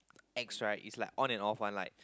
ex right is like on and off one like